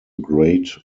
great